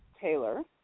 Taylor